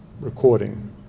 recording